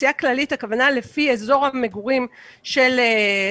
אוכלוסייה כללית הכוונה היא: לפי אזור המגורים של הילדים.